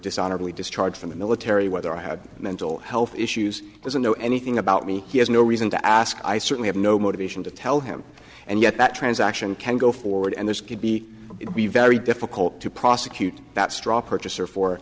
dishonorably discharged from the military whether i had mental health issues doesn't know anything about me he has no reason to ask i certainly have no motivation to tell him and yet that transaction can go forward and this could be it would be very difficult to prosecute that straw purchaser for